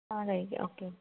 കഴിക്കാം ഓക്കെ